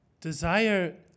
Desire